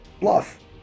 bluff